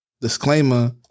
disclaimer